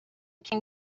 can